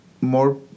more